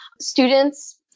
Students